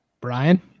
Brian